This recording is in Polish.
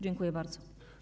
Dziękuję bardzo.